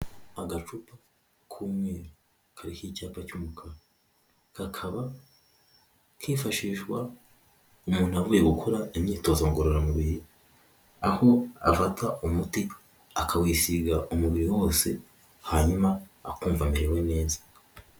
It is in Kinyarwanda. Agacupa k'umweru kariho icyapa cy'umukara, kakaba kifashishwa umuntu avuye gukora imyitozo ngororamubiri, aho afata umuti akawusiga umubiri wose hanyuma akumva amerewe neza.